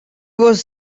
was